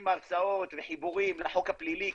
עם הרצאות וחיבורים לחוק הפלילי,